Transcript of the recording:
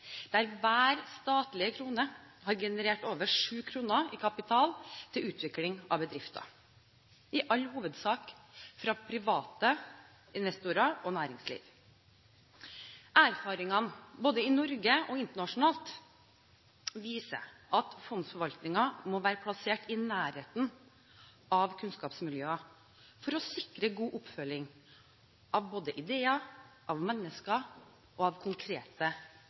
der hver statlige krone har generert over 7 kr i kapital til utvikling av bedrifter – i all hovedsak fra private investorer og næringsliv. Erfaringene både i Norge og internasjonalt viser at fondsforvaltningen må være plassert i nærheten av kunnskapsmiljøer for å sikre god oppfølging både av ideer, av mennesker og av konkrete